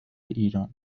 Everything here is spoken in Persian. ایران